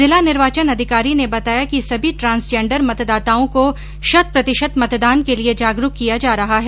जिला निर्वाचन अधिकारी ने बताया कि सभी ट्रांसजेन्डर मतदाताओं को शत प्रतिशत मतदान के लिये जागरूक किया जा रहा है